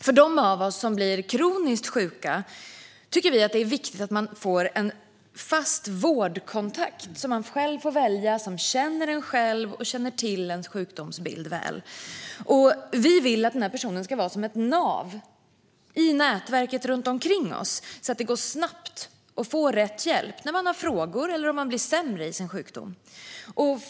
Vi tycker att det är viktigt att de som blir kroniskt sjuka får en fast vårdkontakt som man själv får välja, som känner en och som känner till ens sjukdomsbild väl. Vi vill att denna person ska vara som ett nav i nätverket omkring en, så att det går snabbt att få rätt hjälp när man har frågor eller om man blir sämre i sin sjukdom.